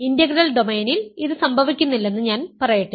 integral ഡൊമെയ്നിൽ ഇത് സംഭവിക്കുന്നില്ലെന്ന് ഞാൻ പറയട്ടെ